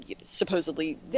supposedly